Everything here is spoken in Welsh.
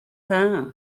dda